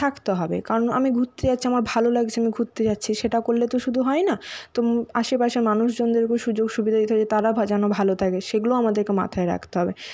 থাকতে হবে কারণ আমি ঘুরতে যাচ্ছি আমার ভালো লাগছে না ঘুরতে যাচ্ছি সেটা করলে তো শুধু হয় না তো আশেপাশের মানুষজনদেরকেও সুযোগ সুবিধা দিতে হবে যে তারা ভা যেন ভালো থাকে সেগুলো আমাদেরকে মাথায় রাখতে হবে